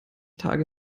tage